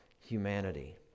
humanity